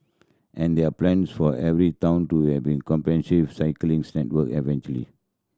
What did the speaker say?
and there are plans for every town to comprehensive cycling work eventually